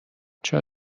چرا